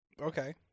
Okay